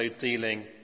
dealing